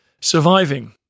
surviving